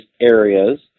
areas